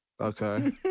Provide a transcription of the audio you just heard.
okay